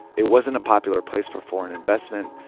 it wasn't a popular place for foreign investment,